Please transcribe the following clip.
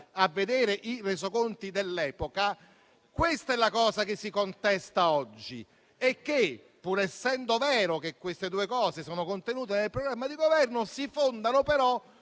a vedere i Resoconti dell'epoca. Questa è la cosa che si contesta oggi: pur essendo vero che queste due cose sono contenute nel programma di Governo, si fondano però